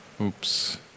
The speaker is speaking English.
Oops